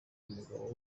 umugabo